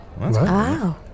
Wow